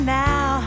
now